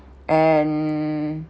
and